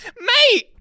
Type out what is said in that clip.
Mate